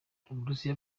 uburusiya